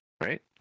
right